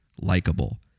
likable